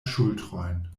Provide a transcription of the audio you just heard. ŝultrojn